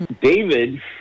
David